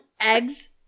eggs